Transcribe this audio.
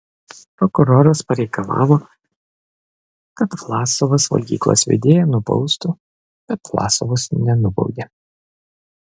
prokuroras pareikalavo kad vlasovas valgyklos vedėją nubaustų bet vlasovas nenubaudė